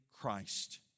Christ